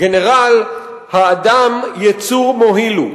// גנרל, האדם יצור מועיל הוא.